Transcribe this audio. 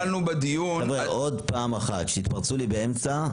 עוד פעם אחת שיתפרצו לי באמצע,